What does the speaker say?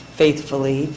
faithfully